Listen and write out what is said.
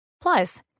plus